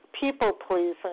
people-pleasing